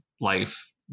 life